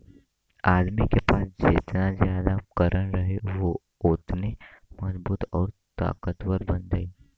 आदमी के पास जेतना जादा उपकरण रही उ ओतने मजबूत आउर ताकतवर बन जाई